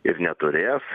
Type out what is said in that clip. ir neturės